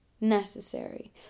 necessary